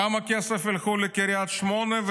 כמה כסף ילך לקריית שמונה,